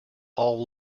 all